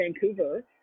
Vancouver